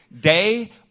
Day